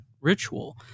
ritual